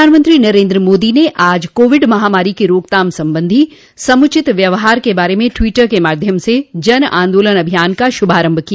प्रधानमंत्री नरेन्द्र मोदी ने आज कोविड महामारी की रोकथाम संबंधी समचित व्यवहार के बारे में टवीटर के माध्यम से जन आंदोलन अभियान का शुभारम्भ किया